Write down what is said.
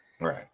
right